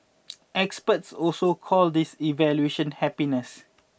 experts also call this evaluative happiness